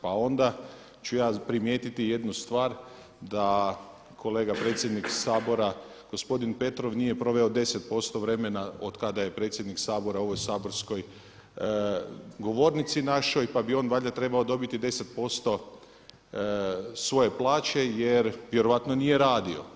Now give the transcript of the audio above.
Pa onda ću ja primijetiti jednu stvar, da kolega predsjednik Sabora gospodin Petrov nije proveo 10% vremena od kada je predsjednik Sabora u ovoj saborskoj govornici našoj, pa bi on valjda trebao dobiti 10% svoje plaće jer vjerojatno nije radio.